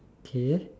okay